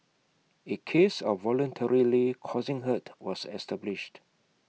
A case of voluntarily causing hurt was established